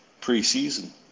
pre-season